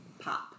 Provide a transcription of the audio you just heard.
pop